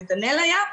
גם נתנאל היה.